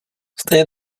stejně